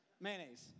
Mayonnaise